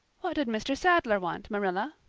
what did mr. sadler want, marilla?